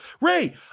Ray